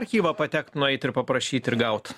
archyvą patekt nueit ir paprašyt ir gaut